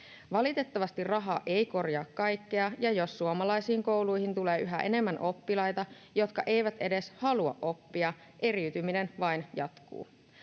Valitettavasti raha ei korjaa kaikkea, ja jos suomalaisiin kouluihin tulee yhä enemmän oppilaita, jotka eivät edes halua oppia, eriytyminen vain jatkuu.